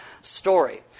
story